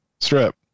strip